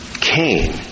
Cain